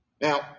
Now